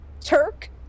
Turk